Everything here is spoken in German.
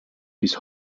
bis